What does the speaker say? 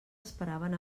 esperaven